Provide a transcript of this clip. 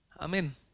Amen